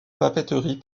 papeterie